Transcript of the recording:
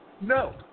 No